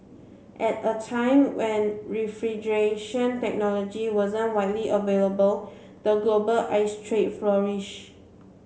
at a time when refrigeration technology wasn't widely available the global ice trade flourished